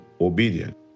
obedient